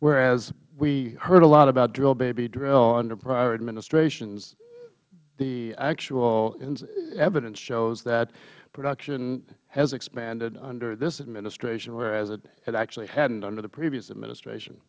whereas we heard a lot about drill baby drill under prior administrations the actual evidence shows that production has expanded under this administration where it actually hadn't under previous administrations